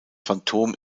phantom